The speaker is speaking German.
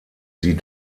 sie